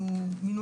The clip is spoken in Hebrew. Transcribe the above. אם הוא קבוע.